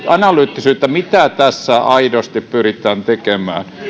analyyttisyyttä mitä tässä aidosti pyritään tekemään